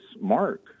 mark